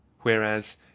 whereas